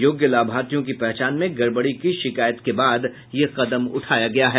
योग्य लाभार्थियों की पहचान में गड़बड़ी की शिकायत के बाद यह कदम उठाया गया है